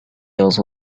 also